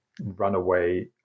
runaway